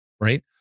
right